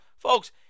Folks